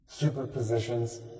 superpositions